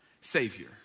Savior